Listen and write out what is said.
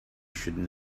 should